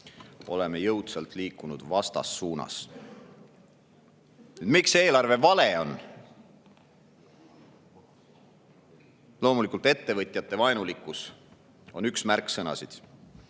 oleme jõudsalt liikunud vastassuunas. Miks see eelarve vale on? Loomulikult on ettevõtjavaenulikkus üks märksõnasid.